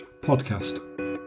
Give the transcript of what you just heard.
podcast